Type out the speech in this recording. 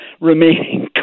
remaining